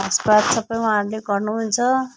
घाँसपात सबै उहाँहरूले गर्नुहुन्छ